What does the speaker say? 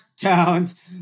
towns